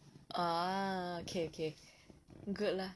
ah okay okay good lah